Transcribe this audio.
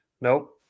nope